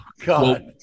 God